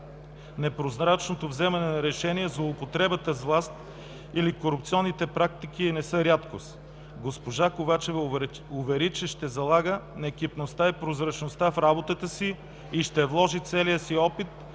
непрозрачното вземане на решения, злоупотребата с власт или корупционните практики не са рядкост. Госпожа Ковачева увери, че ще залага на екипността и прозрачността в работата си и ще вложи целия си опит